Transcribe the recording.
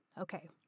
okay